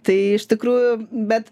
tai iš tikrųjų bet